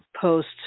post